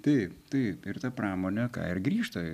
taip taip ir ta pramonė ką ir grįžta